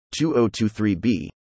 2023b